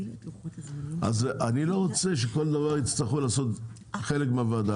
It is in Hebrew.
אז אני לא רוצה שכל דבר יצטרכו לעשות חלק מהוועדה.